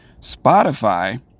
Spotify